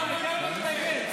לא נכון.